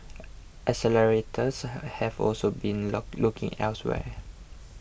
accelerators have also been looking elsewhere